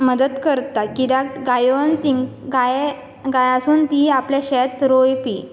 मदत करता कित्याक गायो ती गायेन गायासून ते आपलें शेत रोवपी